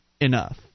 enough